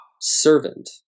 servant